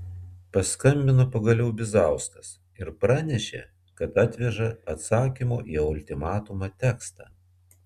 paskambino pagaliau bizauskas ir pranešė kad atveža atsakymo į ultimatumą tekstą